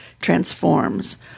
Transforms